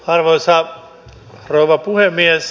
arvoisa rouva puhemies